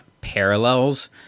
parallels